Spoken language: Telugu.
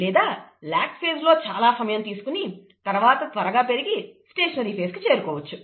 లేదా ల్యాగ్ ఫేజ్ లో చాలా సమయం తీసుకుని తరువాత త్వరగా పెరిగి స్టేషనరీ ఫేజ్ కు చేరుకోవచ్చు